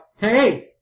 hey